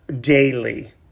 daily